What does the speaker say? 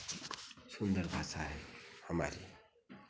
सुंदर भाषा है हमारी